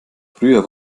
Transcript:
früher